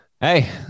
hey